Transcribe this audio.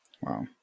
Wow